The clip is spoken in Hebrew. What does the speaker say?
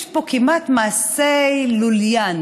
יש פה כמעט מעשה לוליין.